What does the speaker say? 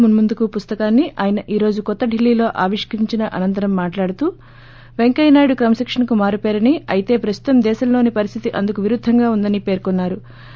విన్నార్లు పుస్తకాన్ని ఆయన ఈ రోజు కొత్త ఢిల్లీలో ఆవిష్కరించిన అనంతరం మాట్లాడుతూ పెంకయ్యనాయుడు క్రమశిక్షణకు మారుపేరని అయితే ప్రస్తుతం దేశంలోని పరిస్గితి అందుకు విరుద్దంగా ఉందని పేర్కొన్నా రు